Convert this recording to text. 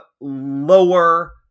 lower